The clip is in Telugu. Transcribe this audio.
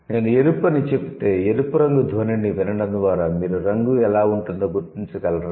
నేను 'ఎరుపు' అని చెబితే 'ఎరుపు' రంగు ధ్వనిని వినడం ద్వారా మీరు రంగు ఎలా ఉంటుందో గుర్తించగలరా